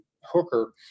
Hooker